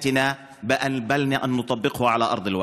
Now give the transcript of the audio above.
עלינו לומר מסורת זו לא רק בלשוננו כי אם להגשים אותה בפועל.)